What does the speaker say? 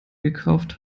gekauft